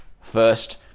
first